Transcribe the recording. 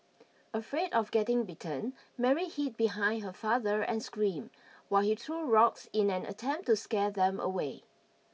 afraid of getting bitten Mary hid behind her father and screamed while he threw rocks in an attempt to scare them away